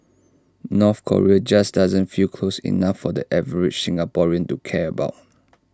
North Korea just doesn't feel close enough for the average Singaporean to care about